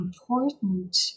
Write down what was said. important